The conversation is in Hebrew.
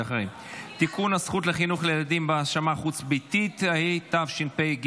הזכות לחינוך לילדים בהשמה חוץ-ביתית), התשפ"ג